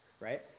right